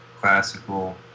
classical